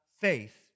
faith